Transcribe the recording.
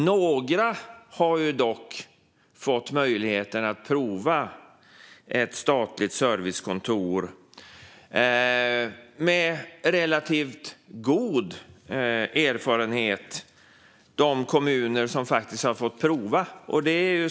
Några kommuner har dock fått möjlighet att prova att ha ett statligt servicekontor, och de har relativt god erfarenhet av det.